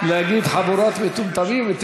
להגיד: חבורת מטומטמים,